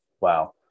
Wow